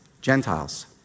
Gentiles